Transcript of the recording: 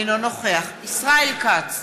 אינו נוכח ישראל כץ,